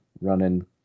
running